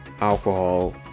alcohol